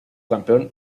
campeón